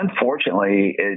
unfortunately